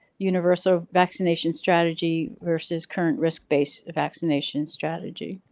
universal vaccination strategy versus current risk based vaccinations strategy.